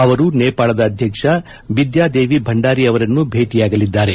ಅವರು ನೇಪಾಳದ ಅಧ್ಯಕ್ಷ ವಿದ್ವಾದೋನಿ ಭಂಡಾರಿ ಅವರನ್ನು ಭೇಟಿಯಾಗಲಿದ್ದಾರೆ